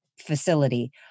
facility